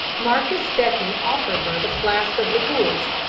marcus stepney offered her the flask of liqueurs,